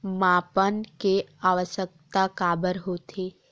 मापन के आवश्कता काबर होथे?